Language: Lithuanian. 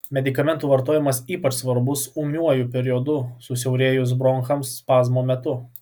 medikamentų vartojimas ypač svarbus ūmiuoju periodu susiaurėjus bronchams spazmo metu